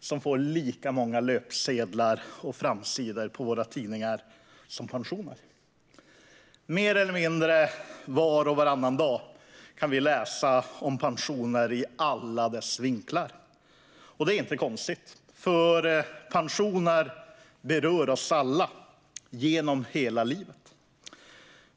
som får lika många löpsedlar och framsidor på tidningarna som pensioner. Mer eller mindre var och varannan dag kan vi läsa om pensioner i alla dess vinklar. Det är inte konstigt, för pensioner berör oss alla genom hela livet.